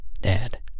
Dad